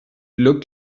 looked